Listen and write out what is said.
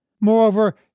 Moreover